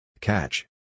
Catch